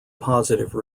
positive